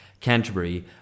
Canterbury